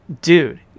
dude